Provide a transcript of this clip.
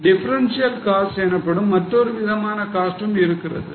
differential costs எனப்படும் மற்றொரு விதமான காஸ்ற்றும் இருக்கிறது